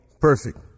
Perfect